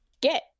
get